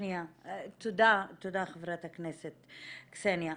תודה חברת הכנסת קסניה.